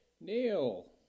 Neil